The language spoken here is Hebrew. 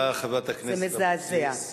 תודה לחברת הכנסת אבקסיס.